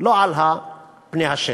לא על פני השטח.